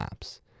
apps